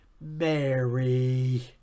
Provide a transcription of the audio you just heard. Mary